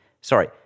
Sorry